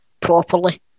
properly